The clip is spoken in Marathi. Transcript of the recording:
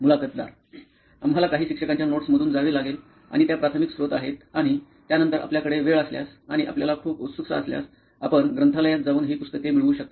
मुलाखतदार आम्हाला काही शिक्षकांच्या नोट्स मधून जावे लागेल आणि त्या प्राथमिक स्त्रोत आहेत आणि त्यानंतर आपल्याकडे वेळ असल्यास आणि आपल्याला खूप उत्सुकता असल्यास आपण ग्रंथालयात जाऊन ही पुस्तके मिळवू शकता